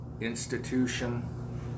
institution